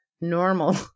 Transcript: normal